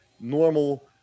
normal